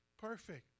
perfect